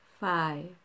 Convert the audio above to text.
five